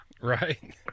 Right